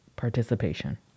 participation